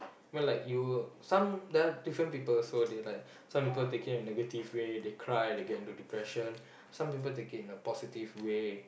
mean like you some there are different people so they like some people take it the negative way they cry they get into depression some people take it in the positive way